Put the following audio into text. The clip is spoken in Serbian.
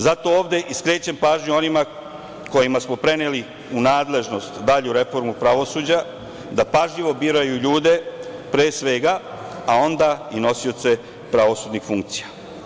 Zato ovde i skrećem pažnju onima kojima smo preneli u nadležnost dalju reformu pravosuđa da pažljivo biraju ljude, pre svega, a onda i nosioce pravosudnih funkcija.